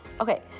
Okay